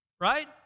right